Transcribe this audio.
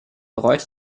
bereut